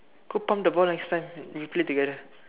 go pump the ball next time we play together